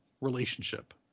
relationship